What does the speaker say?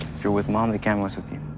you're with mom, they can't mess with you.